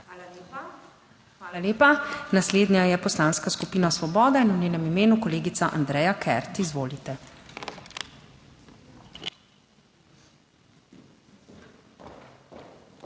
ZUPANČIČ:** Hvala lepa. Naslednja je Poslanska skupina Svoboda in v njenem imenu kolegica Andreja Kert. Izvolite.